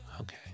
okay